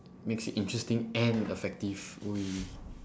makes it interesting and effective